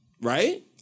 right